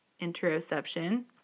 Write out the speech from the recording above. interoception